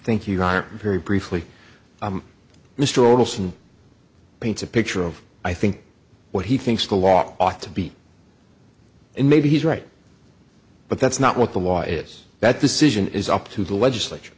thank you dreier very briefly mr olson paints a picture of i think what he thinks the law ought to be and maybe he's right but that's not what the law is that decision is up to the legislature